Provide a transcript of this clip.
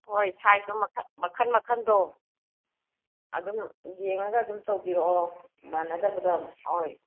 ꯍꯣꯏ ꯁꯥꯏꯁꯇꯣ ꯃꯈꯜ ꯃꯈꯜꯗꯣ ꯑꯗꯨꯝ ꯌꯦꯡꯉꯒ ꯑꯗꯨꯝ ꯇꯧꯕꯤꯔꯛꯑꯣ ꯃꯥꯟꯅꯗꯕꯗ ꯍꯣꯏ